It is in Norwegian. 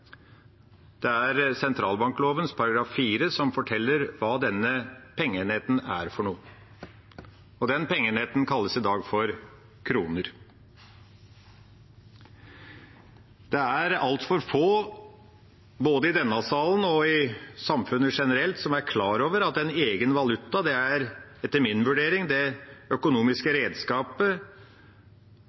Det er sentralbankloven § 4 som forteller hva denne pengeenheten er, og den pengeenheten kalles i dag kroner. Det er altfor få, både i denne salen og i samfunnet generelt, som er klar over at en egen valuta er – etter min vurdering – det viktigste økonomiske redskapet